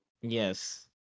Yes